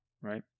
right